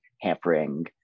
hampering